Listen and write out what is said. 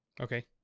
okay